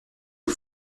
que